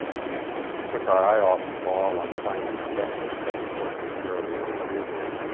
we we took our eye off the ball on trying to get the special court for sierra leone moving,